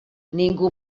ningú